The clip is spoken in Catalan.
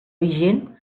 vigent